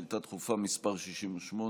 שאילתה דחופה מס' 68,